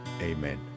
Amen